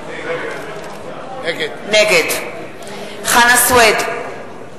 נגד חנא סוייד,